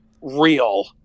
real